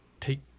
take